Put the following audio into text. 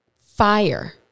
fire